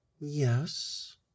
Yes